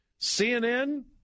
CNN